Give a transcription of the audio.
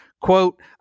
Quote